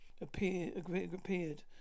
appeared